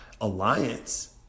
alliance